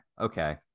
okay